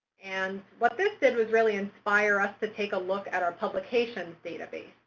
and what this did was really inspire us to take a look at our publications database.